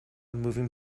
moving